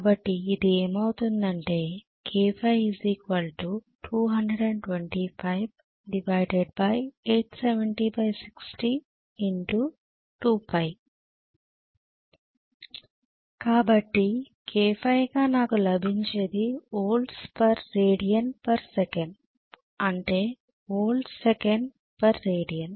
కాబట్టి ఇది ఏమవుతుందంటే కాబట్టి kφ గా నాకు లభించేది volts per radian per second అంటే వోల్ట్స్ సెకను పర్ రేడియన్